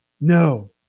No